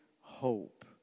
hope